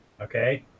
okay